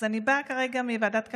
אני באה כרגע מוועדת הכלכלה,